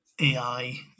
ai